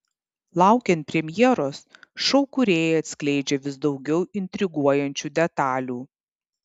laukiant premjeros šou kūrėjai atskleidžia vis daugiau intriguojančių detalių